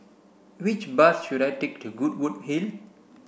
which bus should I take to Goodwood Hill